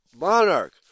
monarch